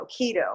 keto